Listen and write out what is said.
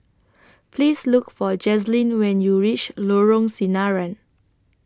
Please Look For Jazlynn when YOU REACH Lorong Sinaran